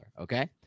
okay